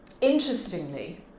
interestingly